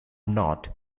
not